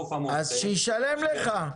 אז שישלם לך.